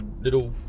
little